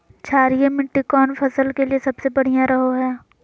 क्षारीय मिट्टी कौन फसल के लिए सबसे बढ़िया रहो हय?